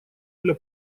для